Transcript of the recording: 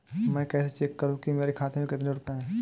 मैं कैसे चेक करूं कि मेरे खाते में कितने रुपए हैं?